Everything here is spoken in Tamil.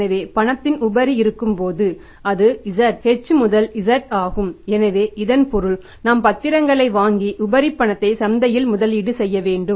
எனவே பணத்தின் உபரி இருக்கும்போது அது z h z ஆகும் எனவே இதன் பொருள் நாம் பத்திரங்களை வாங்கி உபரி பணத்தை சந்தையில் முதலீடு செய்ய வேண்டும்